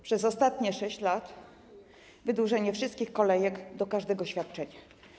Przez ostatnie 6 lat wydłużenie wszystkich kolejek do każdego świadczenia.